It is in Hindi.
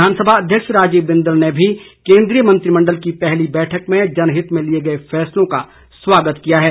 विधानसभा अध्यक्ष राजीव बिंदल ने भी केंद्रीय मंत्रिमण्डल की पहली बैठक में जनहित में लिए गए फैसलों का स्वागत किया है